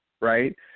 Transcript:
right